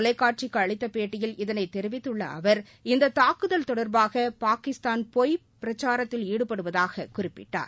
தொலைக்காட்சிக்கு அளித்த பேட்டியில் இதனை தெரிவித்துள்ள அவர் இந்தத் தாக்குதல் தொடர்பாக பாகிஸ்தான் பொய் பிரச்சாரத்தில் ஈடுபடுவதாகக் குறிப்பிட்டார்